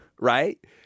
right